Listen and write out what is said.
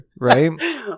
right